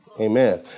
Amen